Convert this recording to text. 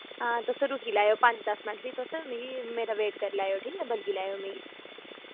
हां तुस रुकी लैयो पंज दस मैंट फ्ही तुस मिकी मेरा वेट करी लैयो ठीक ऐ बलगी लैयो मिगी